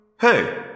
Hey